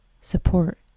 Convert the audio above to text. support